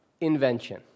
invention